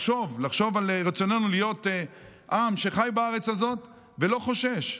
לחשוב על רצוננו להיות עם שחי בארץ הזאת ולא חושש.